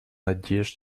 надежд